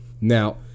Now